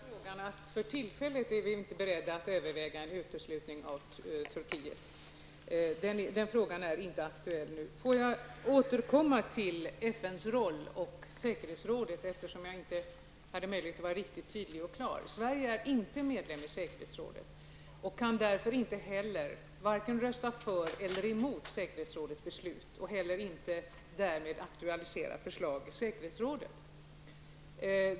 Herr talman! På den sistnämnda frågan kan jag svara att vi för tillfället inte är beredda att överväga en uteslutning av Turkiet. Den frågan är inte aktuell. Får jag komma tillbaka till FNs roll och säkerhetsrådet, eftersom jag inte hade möjlighet att vara riktigt tydlig och klar. Sverige är inte medlem av säekrhetsrådet och kan därmed inte heller rösta vare sig för eller emot säkerhetsrådets beslut. Sverige kan därmed inte heller aktualisera frågor i säkerhetsrådet.